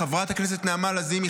חברת הכנסת נעמה לזימי,